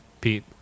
Pete